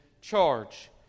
charge